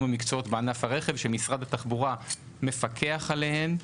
ומקצועות בענף הרכב שמשרד התחבורה מפקח עליהן.